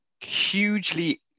hugely